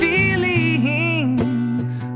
Feelings